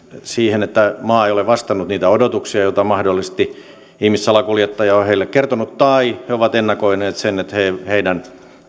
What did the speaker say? siihen että maa ei ole vastannut niitä odotuksia joita mahdollisesti ihmissalakuljettaja on heille kertonut tai he ovat ennakoineet sen että heidän